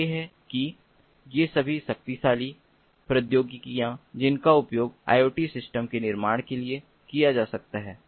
तो ये हैं कि ये सभी शक्तिशाली प्रौद्योगिकियां जिनका उपयोग IoT सिस्टम के निर्माण के लिए किया जा सकता है